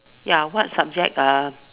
ya what subject uh